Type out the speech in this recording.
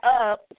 up